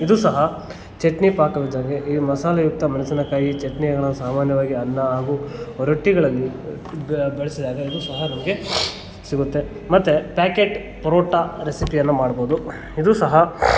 ಇದು ಸಹ ಚಟ್ನಿ ಪಾಕ ವಿಧಾನದಲ್ಲಿ ಈ ಮಸಾಲೆಯುಕ್ತ ಮೆಣಸಿನಕಾಯಿ ಚಟ್ನಿಯನ್ನು ಸಾಮಾನ್ಯವಾಗಿ ಅನ್ನ ಹಾಗೂ ರೊಟ್ಟಿಗಳಲ್ಲಿ ಬಳಸಿದ್ದಾರೆ ಇದು ಸಹ ನಮಗೆ ಸಿಗುತ್ತೆ ಮತ್ತು ಪ್ಯಾಕೆಟ್ ಪರೋಟ ರೆಸಿಪಿಯನ್ನು ಮಾಡ್ಬೋದು ಇದು ಸಹ